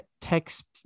text